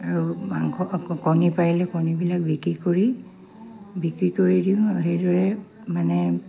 আৰু মাংস কণী পাৰিলে কণীবিলাক বিক্ৰী কৰি বিক্ৰী কৰি দিওঁ সেইদৰে মানে